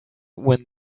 when